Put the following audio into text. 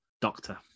doctor